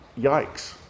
yikes